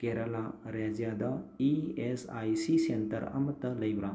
ꯀꯦꯔꯂꯥ ꯔꯥꯖ꯭ꯌꯗ E S I C centre ꯑꯃꯇ ꯂꯩꯕ꯭ꯔꯥ